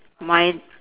my